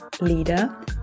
leader